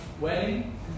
wedding